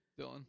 Dylan